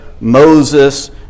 Moses